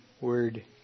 word